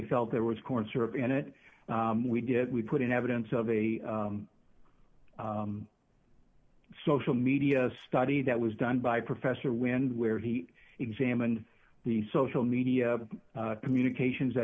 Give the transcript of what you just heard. felt there was corn syrup in it we did we put in evidence of a social media study that was done by professor wind where he examined the social media communications that